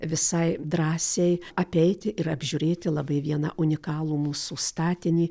visai drąsiai apeiti ir apžiūrėti labai vieną unikalų mūsų statinį